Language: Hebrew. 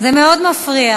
זה מאוד מפריע.